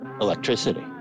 electricity